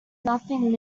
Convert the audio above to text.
nothing